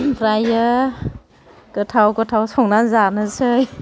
आमफ्रायो गोथाव गोथाव संनानै जानोसै